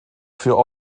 für